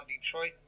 Detroit